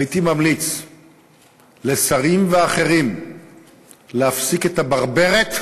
הייתי ממליץ לשרים ואחרים להפסיק את הברברת,